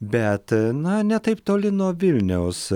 bet na ne taip toli nuo vilniaus